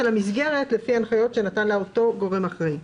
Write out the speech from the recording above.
המסגרת לפי הנחיות שנתן לה הגורם האחראי.